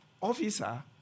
officer